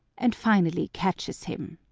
and finally catches him.